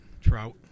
trout